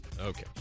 Okay